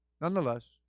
nonetheless